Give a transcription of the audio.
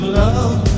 love